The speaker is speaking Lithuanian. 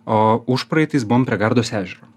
o užpraeitais buvom prie gardos ežero